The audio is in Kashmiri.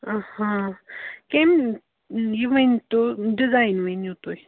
آ کٔمۍ یہِ ؤنۍ تو ڈِزایِن ؤنِو تُہۍ